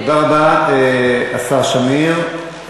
תודה רבה, השר שמיר.